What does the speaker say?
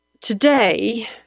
today